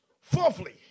Fourthly